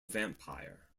vampire